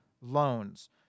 loans